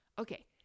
Okay